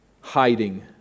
hiding